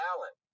Alan